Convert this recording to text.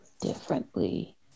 differently